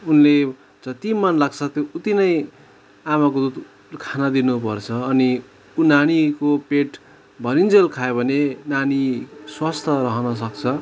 उनले जति मन लाग्छ त्यो उत्तिनै आमाको दुध खान दिनुपर्छ अनि ऊ नानीको पेट भरुन्जेल खायो भने नानी स्वस्थ रहन सक्छ